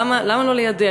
למה לא ליידע?